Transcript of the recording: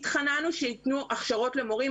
התחננו שיתנו הכשרות למורים.